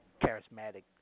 charismatic